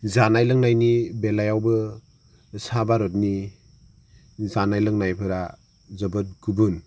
जानाय लोंनायनि बेलायावबो सा भारतनि जानाय लोंनायफोरा जोबोद गुबुन